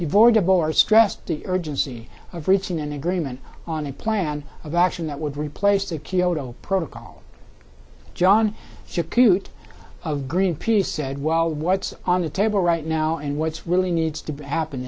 vote divorce stressed the urgency of reaching an agreement on a plan of action that would replace the kyoto protocol john coote of greenpeace said well what's on the table right now and what's really needs to happen